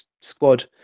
squad